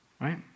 Right